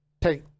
take